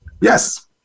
Yes